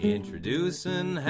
Introducing